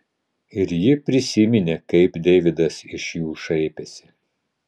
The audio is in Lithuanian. ir ji prisiminė kaip deividas iš jų šaipėsi